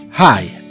Hi